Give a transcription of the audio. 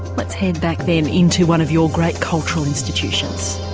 let's head back then into one of your great cultural institutions.